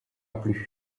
plus